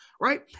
right